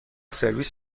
سرویس